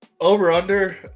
over-under